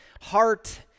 heart